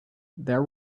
there